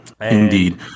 Indeed